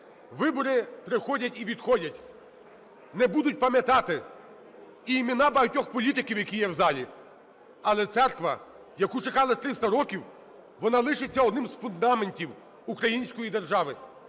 вибори приходять і відходять, не будуть пам'ятати й імена багатьох політиків, які є в залі, але Церква, яку чекали 300 років, вона лишиться одним з фундаментів української держави,